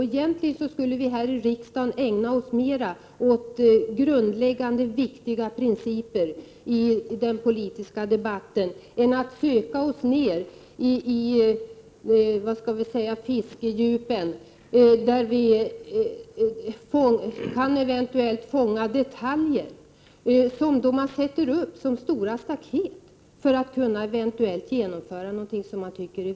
Egentligen skulle vi i riksdagen ägna oss mer åt grundläggande viktiga principer i den politiska debatten, än att sänka oss ner i fiskedjupen, där vi eventuellt kan fånga detaljer, som sätts upp som stora staket då någonting viktigt eventuellt skall genomföras.